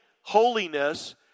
holiness